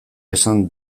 esan